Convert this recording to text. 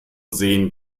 sehen